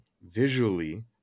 visually